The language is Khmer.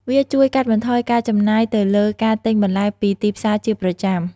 វាជួយកាត់បន្ថយការចំណាយទៅលើការទិញបន្លែពីទីផ្សារជាប្រចាំថ្ងៃ។